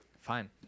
fine